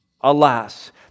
Alas